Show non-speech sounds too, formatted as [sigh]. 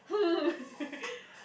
hmm [laughs]